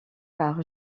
par